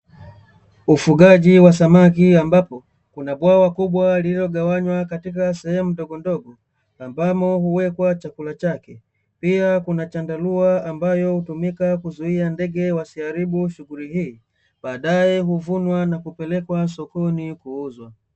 Ufugaji wa samaki ambapo kuna bwawa liliogawanywa katika sehemu ndogondogo, ambamo huwekwa chakula chake, pia kuna chandarua ambacho huzuia ndege wasiharibu shughuli hii, baadae huvunwa na kupelekwa sokoni kuuzwa.